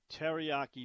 teriyaki